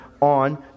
on